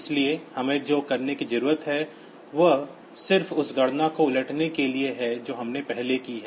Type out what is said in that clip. इसलिए हमें जो करने की जरूरत है वह सिर्फ उस गणना को उलटने के लिए है जो हमने पहले की है